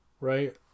right